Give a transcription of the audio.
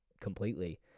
completely